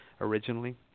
originally